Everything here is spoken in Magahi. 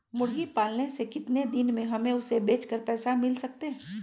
मुर्गी पालने से कितने दिन में हमें उसे बेचकर पैसे मिल सकते हैं?